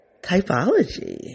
typology